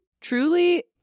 truly